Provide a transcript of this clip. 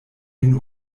min